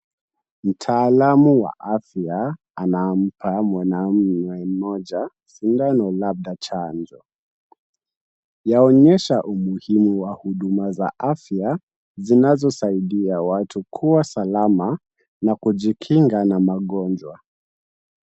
Mtaalamu wa afya anampa mwanamume mmoja sindano labda chanjo. Yaonyesha umuhimu wa huduma za afya zinazosaidia watu kuwa salama na kujikinga na magonjwa.